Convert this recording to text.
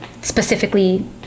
specifically